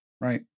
right